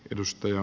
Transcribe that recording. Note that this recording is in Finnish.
tack